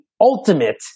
ultimate